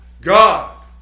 God